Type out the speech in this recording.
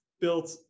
built